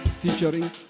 featuring